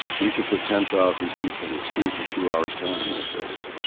we could put ten thousand people in the street in two hours' time in those days.